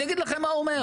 אני אגיד לכם מה הוא אומר.